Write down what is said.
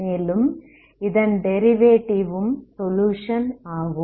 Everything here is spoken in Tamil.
மேலும் இதன் டெரிவேடிவ் ம் சொலுயுஷன் ஆகும்